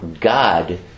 God